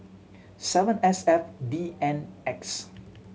seven S F D N X